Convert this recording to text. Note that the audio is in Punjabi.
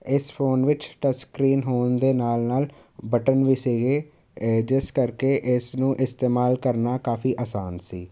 ਇਸ ਫੋਨ ਵਿੱਚ ਟੱਚ ਸਕਰੀਨ ਹੋਣ ਦੇ ਨਾਲ ਨਾਲ ਬਟਨ ਵੀ ਸੀਗੇ ਜਿਸ ਕਰਕੇ ਇਸ ਨੂੰ ਇਸਤੇਮਾਲ ਕਰਨਾ ਕਾਫੀ ਆਸਾਨ ਸੀ